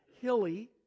hilly